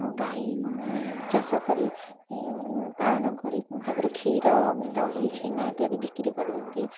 ଗାଈ ଚାଷ କରି ପାଳନ କରି ତାଦେହରୁ କ୍ଷୀର ଦହି ଛେନା ଇତ୍ୟାଦି ବିକ୍ରି କରନ୍ତି